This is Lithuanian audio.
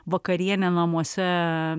vakarienė namuose